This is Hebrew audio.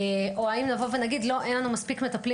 או האם נבוא ונגיד שאין לנו מספיק מטפלים